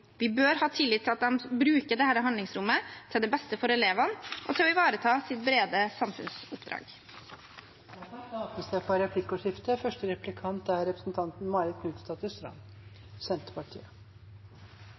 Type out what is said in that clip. Vi bør ha tillit til at de bruker dette handlingsrommet til det beste for elevene og til å ivareta sitt brede samfunnsoppdrag. Det blir replikkordskifte. Det